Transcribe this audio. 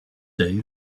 day